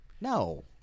No